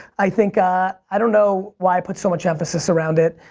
i think i i don't know why i put so much emphasis around it.